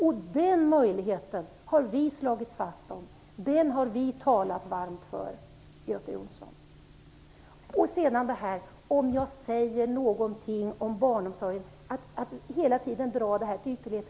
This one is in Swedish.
Vi har talat varmt för den möjligheten, Göte Jonsson. Det blir larvigt när man hela tiden drar det till ytterligheter om jag säger någonting om barnomsorgen.